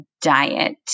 diet